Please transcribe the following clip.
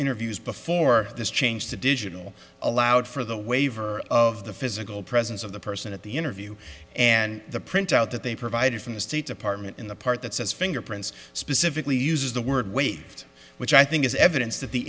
interviews before this change to digital allowed for the waiver of the physical presence of the person at the interview and the printout that they provided from the state department in the part that says fingerprints specifically uses the word waived which i think is evidence that the